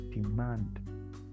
demand